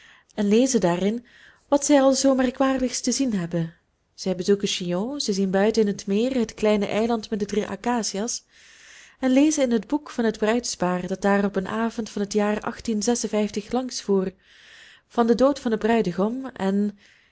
en lezen daarin wat zij al zoo merkwaardigs te zien hebben zij bezoeken chillon zij zien buiten in het meer het kleine eiland met de drie acacia's en lezen in het boek van het bruidspaar dat daar op een avond van het jaar langs voer van den dood van den bruidegom en